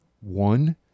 one